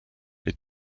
les